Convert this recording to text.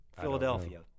Philadelphia